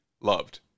loved